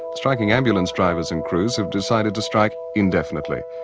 striking ambulance drivers and crews have decided to strike indefinitely.